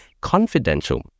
confidential